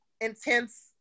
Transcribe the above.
intense